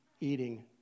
eating